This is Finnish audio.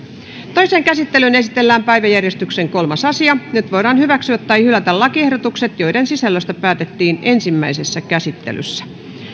toiseen käsittelyyn esitellään päiväjärjestyksen kolmas asia nyt voidaan hyväksyä tai hylätä lakiehdotukset joiden sisällöstä päätettiin ensimmäisessä käsittelyssä